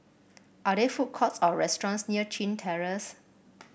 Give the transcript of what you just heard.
are there food courts or restaurants near Chin Terrace